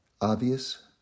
obvious